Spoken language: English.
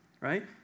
right